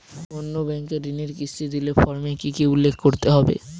অন্য ব্যাঙ্কে ঋণের কিস্তি দিলে ফর্মে কি কী উল্লেখ করতে হবে?